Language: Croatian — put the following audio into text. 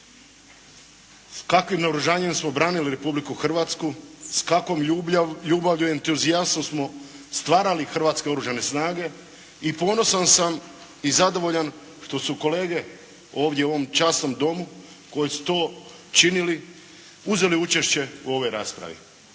Kakvim naoružanjem smo branili Republiku Hrvatsku, s kakvom ljubavlju i entuzijastvom smo stvarali Hrvatske oružane snage i ponosan sam i zadovoljan što su kolege ovdje u ovom časnom Domu, koje su to činili uzeli učešće u ovoj raspravi.